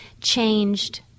changed